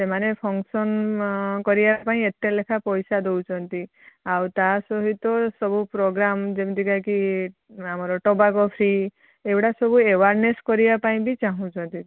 ସେମାନେ ଫଙ୍କସନ୍ କରିବାପାଇଁ ଏତେଲେଖା ପଇସା ଦେଉଛନ୍ତି ଆଉ ତା ସହିତ ସବୁ ପ୍ରୋଗ୍ରାମ୍ ଯେମିତିକା କି ଆମର ଟୋବାକୋ ଫ୍ରି ଏଉଡ଼ାସବୁ ୱେୟାରନେସ୍ କରିବାପାଇଁ ବି ଚାହୁଁଛନ୍ତି